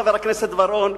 חבר הכנסת בר-און,